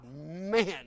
man